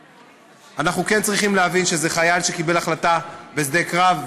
אנחנו צריכים להבין שזה חייל שקיבל החלטה בשדה קרב,